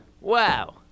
Wow